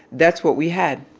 that's what we had.